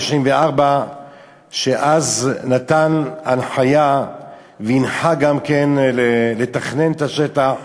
שאז נתן הנחיה והנחה גם לתכנן את השטח.